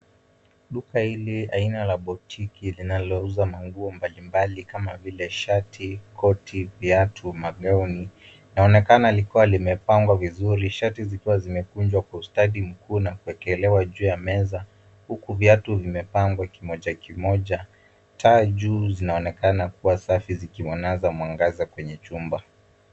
Duka hili aina la boutique linalouza nguo mbalimbali kama vile, shati, koti, viatu, gauni linaonekana likiwa limepangwa vizuri, shati zikiwa zimekunjwa kwa ustadi mkuu na kuwekelewa juu ya meza huku viatu vimepangwa kimoja, kimoja. Taa juu zinaonekana kuwa safi zikiangaza mwangaza kwenye chumba.